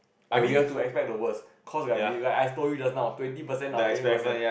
and we'll expect the worst cause we I told you just now twenty percent or thirty percent